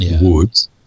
woods